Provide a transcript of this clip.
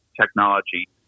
technology